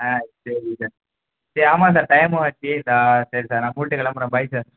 ஆ சரி சார் சே ஆமாம் சார் டைமும் ஆச்சு சரி சார் நான் மூடிட்டு கிளம்புறேன் பை சார்